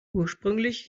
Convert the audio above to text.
ursprünglich